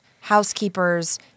housekeepers